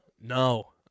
no